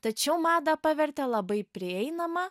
tačiau madą pavertė labai prieinama